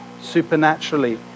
supernaturally